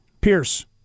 Pierce